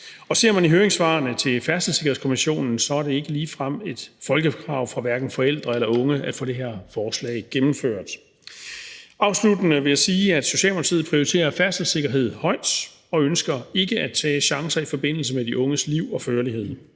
i forbindelse med Færdselssikkerhedskommissionen fremgår det, at det ikke ligefrem er et folkekrav fra hverken forældre eller unge at få det her forslag gennemført. Afsluttende vil jeg sige, at Socialdemokratiet prioriterer færdselssikkerhed højt og ønsker ikke at tage chancer i forbindelse med de unges liv og førlighed.